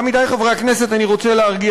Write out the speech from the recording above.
עמיתי חברי הכנסת, אני רוצה להרגיע